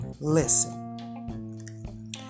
Listen